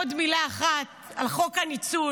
ועכשיו, עוד מילה אחת על חוק הניצול,